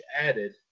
added